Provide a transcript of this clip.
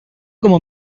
como